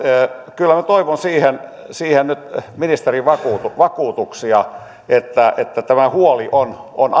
kyllä minä toivon siihen siihen nyt ministerin vakuutuksia että että tämä huoli on on